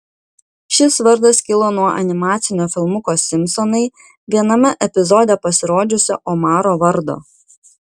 šis vardas kilo nuo animacinio filmuko simpsonai viename epizode pasirodžiusio omaro vardo